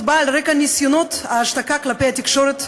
באה על רקע ניסיונות ההשתקה כלפי התקשורת,